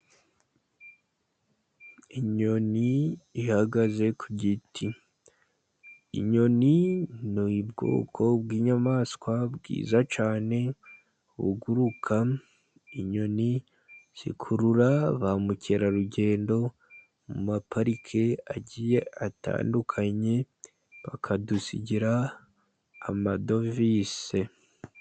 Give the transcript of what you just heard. Inyoni ihagaze ku giti. Inyoni ni ubwoko bw'inyamaswa bwiza cyane buguruka, inyoni zikurura ba mukerarugendo, mu maparike agiye atandukanye, bakadusigira amadovize.